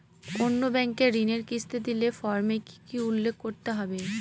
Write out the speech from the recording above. অন্য ব্যাঙ্কে ঋণের কিস্তি দিলে ফর্মে কি কী উল্লেখ করতে হবে?